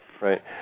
right